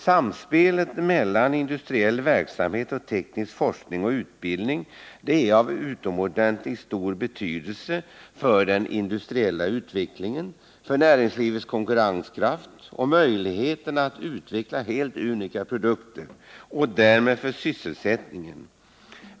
Samspelet mellan industriell verksamhet och teknisk forskning och utbildning är av utomordentligt stor betydelse för den industriella utvecklingen, för näringslivets konkurrenskraft och för möjligheten att utveckla helt unika produkter, och därmed för sysselsättningen.